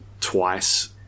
twice